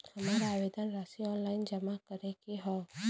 हमार आवेदन राशि ऑनलाइन जमा करे के हौ?